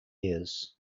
years